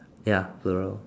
ya uh